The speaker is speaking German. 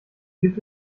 gibt